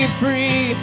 free